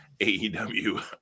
AEW